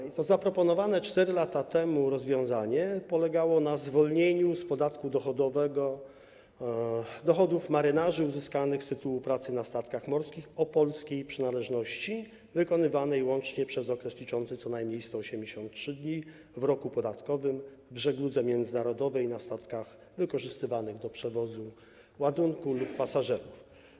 I to zaproponowane 4 lata temu rozwiązanie polegało na zwolnieniu z podatku dochodowego dochodów marynarzy uzyskanych z tytułu pracy na statkach morskich o polskiej przynależności, wykonywanej łącznie przez okres liczący co najmniej 183 dni w roku podatkowym, w żegludze międzynarodowej na statkach wykorzystywanych do przewozu ładunku lub pasażerów.